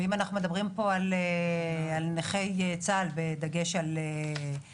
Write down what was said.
ואם אנחנו מדברים פה על נכי צה"ל בדגש על נפגעי